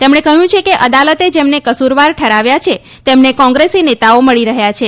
તેમણે કહયું છે કે અદાલતે જેમને કસુરવાર ઠરાવ્યા છે તેમને કોંગ્રેસી નેતાઓ મળી રહયાં છે